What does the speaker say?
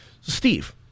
Steve